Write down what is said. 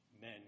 men